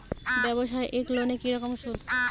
ব্যবসায়িক লোনে কি রকম সুদ?